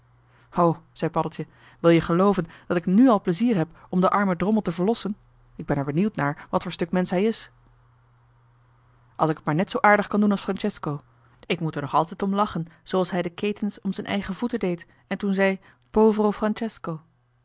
zei paddeltje wil-je gelooven dat ik nu al plezier heb om den armen drommel te verlossen ik ben er benieuwd naar wat voor stuk mensch hij is joh h been paddeltje de scheepsjongen van michiel de ruijter t maar net zoo aardig kan doen als francesco ik moet er nog altijd om lachen zooals hij de ketens om z'n eigen voeten deed en toen zei